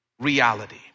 reality